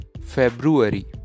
February